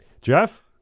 Jeff